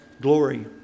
glory